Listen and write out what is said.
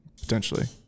potentially